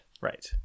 Right